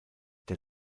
der